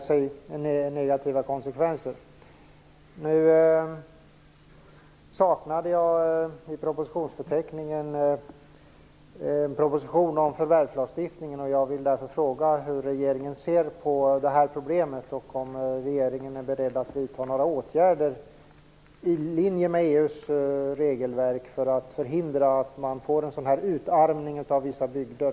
Jag saknade i propositionsförteckningen en proposition om förvärvslagstiftningen. Jag vill därför fråga hur regeringen ser på problemet. Är regeringen beredd att vidta några åtgärder i linje med EU:s regelverk för att förhindra den här typen av utarmning av vissa bygder?